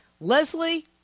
Leslie